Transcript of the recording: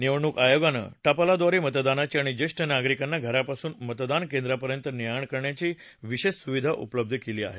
निवडणूक आयोगानं टपालाद्वारे मतदानाची आणि ज्येष्ठ नागरिकांना घरापासून मतदान केंद्रांपर्यंत ने आण करण्याची विशेष सुविधा उपलब्ध केली आहे